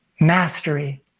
mastery